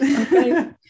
Okay